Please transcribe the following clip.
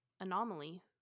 anomaly